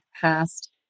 past